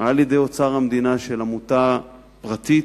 מאוצר המדינה, של עמותה פרטית,